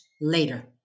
later